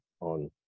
on